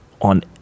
on